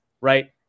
right